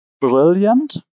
brilliant